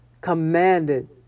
commanded